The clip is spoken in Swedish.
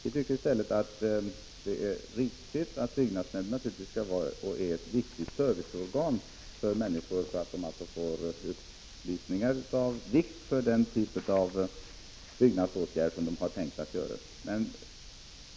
I stället skall byggnadsnämnden enligt vår mening vara ett viktigt serviceorgan för människor, så att de får upplysningar av betydelse för den typ av byggnadsåtgärder som de avser att vidta.